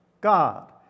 God